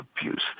abuse